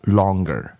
longer